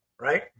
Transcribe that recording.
right